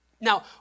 Now